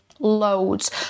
loads